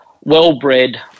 well-bred